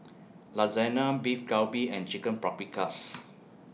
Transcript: Lasagna Beef Galbi and Chicken Paprikas